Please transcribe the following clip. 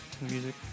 Music